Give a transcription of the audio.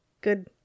good